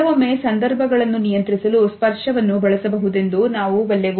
ಕೆಲವೊಮ್ಮೆ ಸಂದರ್ಭಗಳನ್ನು ನಿಯಂತ್ರಿಸಲು ಸ್ಪರ್ಶವನ್ನು ಬಳಸಬಹುದೆಂದು ನಾವು ಬಲ್ಲೆವು